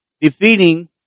defeating